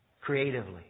creatively